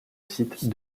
site